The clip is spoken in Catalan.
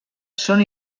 són